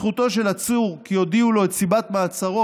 זכותו של עצור כי יודיעו לו את סיבת מעצרו